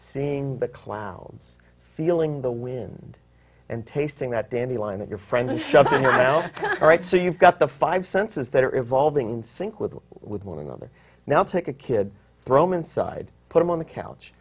seeing the clouds feeling the wind and tasting that dandy line that your friend is just right so you've got the five senses that are evolving in sync with with one another now take a kid from inside put them on the couch